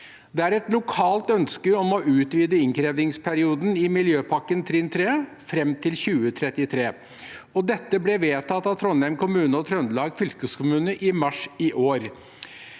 Det er et lokalt ønske om å utvide innkrevingsperioden i miljøpakkens trinn 3 til 2033. Dette ble vedtatt av Trondheim kommune og Trøndelag fylkeskommune i mars i år.